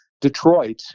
Detroit